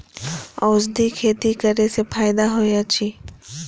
औषधि खेती करे स फायदा होय अछि?